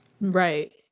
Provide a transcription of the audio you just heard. Right